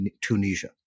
Tunisia